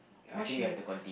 what should we do